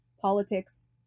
politics